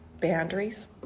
boundaries